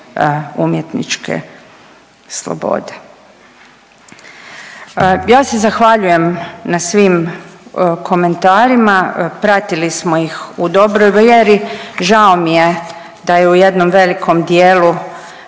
umjetničke slobode. Ja se zahvaljujem na svim komentarima, pratili smo ih u dobroj vjeri, žao mi je da je u jednom velikom dijelu